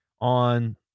on